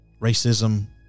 racism